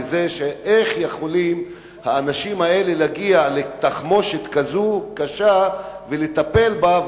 איך יכולים האנשים האלה להגיע לתחמושת כזאת קשה ולטפל בה,